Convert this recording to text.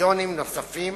בקריטריונים נוספים